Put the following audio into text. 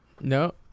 No